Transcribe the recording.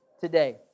today